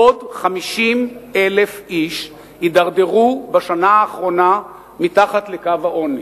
עוד 50,000 איש התדרדרו בשנה האחרונה מתחת לקו העוני,